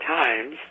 times